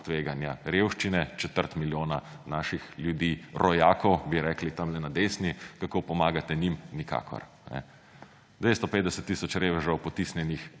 tveganja revščine. Četrt milijona naših ljudi, rojakov, bi rekli tamle na desni - kako pomagate njim? Nikakor. 250 tisoč revežev potisnjenih